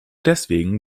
deswegen